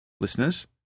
listeners